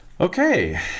okay